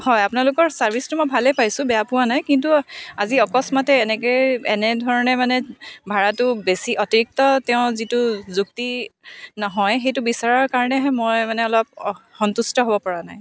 হয় আপোনালোকৰ ছাৰ্ভিচটো মই ভালেই পাইছোঁ বেয়া পোৱা নাই কিন্তু আজি অকস্মাতে এনেকৈ এনেধৰণে মানে ভাৰাটো বেছি অতিৰিক্ত তেওঁ যিটো যুক্তি নহয় সেইটো বিচৰাৰ কাৰণেহে মই অলপ সন্তুষ্ট হ'ব পাৰা নাই